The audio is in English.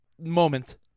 moment